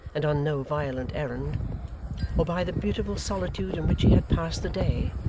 and on no violent errand or by the beautiful solitude in which he had passed the day,